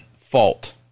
Fault